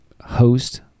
host